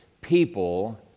people